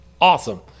Awesome